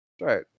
right